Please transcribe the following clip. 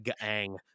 gang